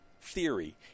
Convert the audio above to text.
Theory